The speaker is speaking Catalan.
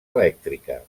elèctrica